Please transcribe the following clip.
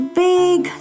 big